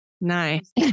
Nice